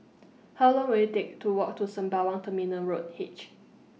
How Long Will IT Take to Walk to Sembawang Terminal Road H